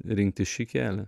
rinktis šį kelią